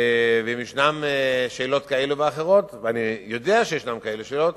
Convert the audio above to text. ואם ישנן שאלות כאלה ואחרות ואני יודע שישנן כאלה שאלות,